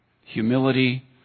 Humility